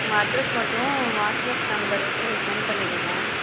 உங்ககள் address மட்டும் WhatsApp நம்பருக்கு send பண்ணிவிடுங்க